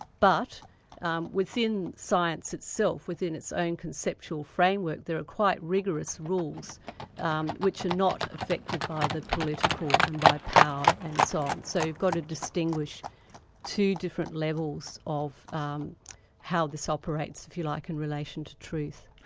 but um within science itself, within its own conceptual framework, there are quite rigorous rules and which are not affected by the political and by power and so on. so you've got to distinguish two different levels of um how this operates if you like, in relation to truth.